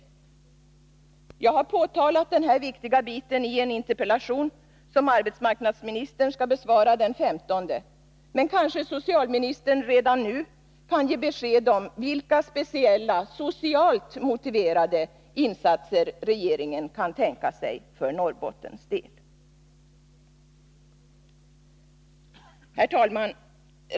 Jag har pekat på denna viktiga bit i en interpellation som arbetsmarknadsministern skall besvara den 15 februari, men kanske socialministern redan nu kan ge besked om vilka speciella socialt motiverade insatser regeringen kan tänka sig för Norrbottens del. Herr talman!